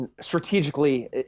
Strategically